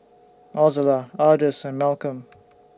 Ozella Ardis and Malcolm